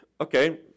Okay